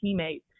teammate